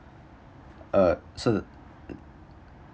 uh so